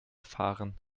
fahren